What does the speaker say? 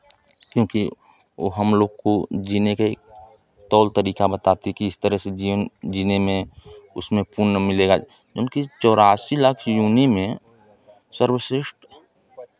क्योंकि वो हमलोग को जीने के तौर तरीका बताती है कि इस तरह जीने जीने में उसमें पुण्य मिलेगा चौरासी लाख योनि में सर्वश्रेष्ठ